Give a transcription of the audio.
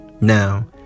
Now